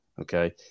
okay